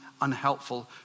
unhelpful